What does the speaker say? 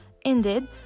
Indeed